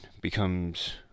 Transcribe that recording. becomes